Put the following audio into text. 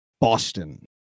Boston